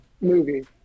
movie